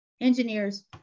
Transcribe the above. engineers